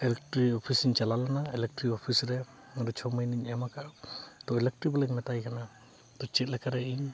ᱤᱞᱮᱠᱴᱨᱤ office ᱤᱧ ᱪᱟᱞᱟᱣ ᱞᱮᱱᱟ ᱤᱞᱮᱠᱴᱨᱤ ᱚᱯᱷᱤᱥ ᱨᱮ ᱚᱸᱰᱮ ᱪᱷᱚ ᱢᱟᱹᱦᱱᱟᱹᱧ ᱮᱢ ᱟᱠᱟᱫᱼᱟ ᱛᱚ ᱤᱞᱮᱠᱴᱨᱤᱠ ᱵᱟᱞᱟᱧ ᱢᱮᱛᱟᱭ ᱠᱟᱱᱟ ᱛᱚ ᱪᱮᱫ ᱞᱮᱠᱟ ᱨᱮ ᱤᱧ